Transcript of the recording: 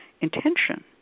intention